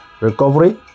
recovery